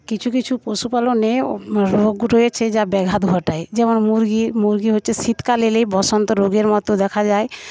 কিছু কিছু পশু পালনে রোগ রয়েছে যা ব্যাঘাত ঘটায় যেমন মুরগি মুরগি হচ্ছে শীতকাল এলেই বসন্ত রোগের মতো দেখা যায়